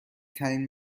ترین